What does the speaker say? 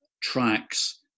tracks